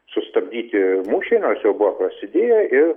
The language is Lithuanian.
sustabdyti mūšiai nors jau buvo prasidėję ir